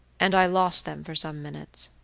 and i lost them for some minutes.